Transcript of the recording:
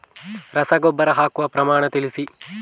ರಸಗೊಬ್ಬರ ಹಾಕುವ ಪ್ರಮಾಣ ತಿಳಿಸಿ